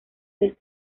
del